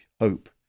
hope